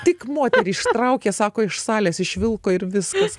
tik moterį ištraukė sako iš salės išvilko ir viskas